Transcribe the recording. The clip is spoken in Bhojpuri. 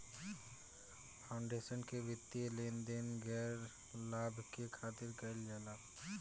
फाउंडेशन के वित्तीय लेन देन गैर लाभ के खातिर कईल जाला